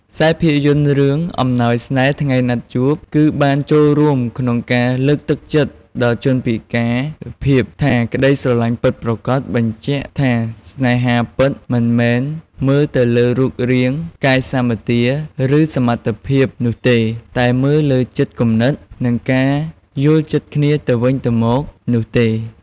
ខ្សែរភាពយន្តរឿង អំណោយស្នេហ៍ថ្ងៃណាត់ជួប គឺបានចូលរួមក្នុងការលើកទឹកចិត្តដល់ជនពិការភាពថា ក្តីស្រឡាញ់ពិតប្រាកដបញ្ជាក់ថា ស្នេហាពិតមិនមែនមើលទៅលើរូបរាង កាយសម្បទា ឬសមត្ថភាពនោះទេ តែមើលលើចិត្តគំនិត និងការយល់ចិត្តគ្នាទៅវិញទៅមកនោះទេ ។